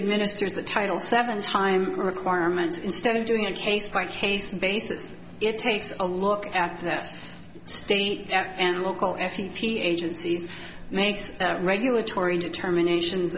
administers the title seven time requirements instead of doing a case by case basis it takes a look at their state and local f e a agencies makes regulatory determinations